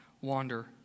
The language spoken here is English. wander